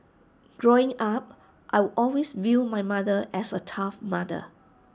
growing up I'd always viewed my mother as A tough mother